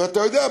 ואתה יודע,